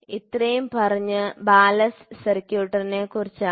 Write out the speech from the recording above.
ഇത്രയും പറഞ്ഞത് ബാലസ്റ്റ് സർക്യൂട്ടിനെക്കുറിച്ചാണ്